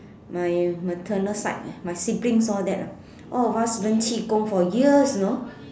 my maternal side my siblings all that lah all of us learn qi gong for years you know